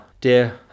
dear